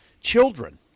children